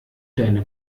deine